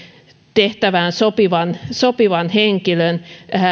tehtävään sopivan sopivan henkilön